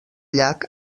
llac